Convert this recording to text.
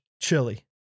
chili